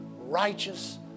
righteous